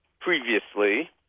previously